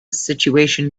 situation